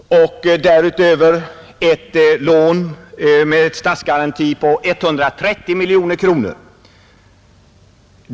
Därtill ett lån med statsgaranti på 130 miljoner kronor.